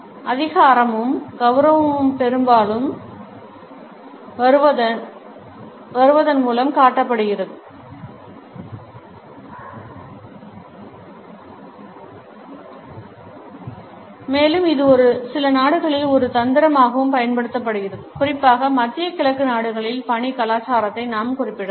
அதிகாரமும் கவுரவமும்பெரும்பாலும் தாமதமாக வருவதன் மூலம் காட்டப்படுகின்றன மேலும் இது சில நாடுகளில் ஒரு தந்திரமாகவும் பயன்படுத்தப்படுகிறது குறிப்பாக மத்திய கிழக்கு நாடுகளின் பணி கலாச்சாரத்தை நாம் குறிப்பிடலாம்